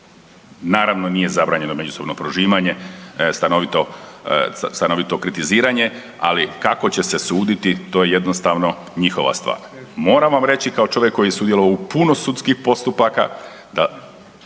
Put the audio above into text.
Naravno nije zabranjeno međusobno prožimanje, stanovito kritiziranje, ali kako će se suditi to je jednostavno njihova stvar. Moram vam reći kao čovjek koji je sudjelovao u puno sudskih postupaka da